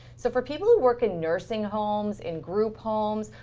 so for people who work in nursing homes, in group homes,